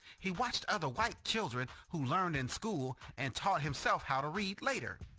he watched other white children who learned in school, and taught himself how to read later.